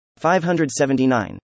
579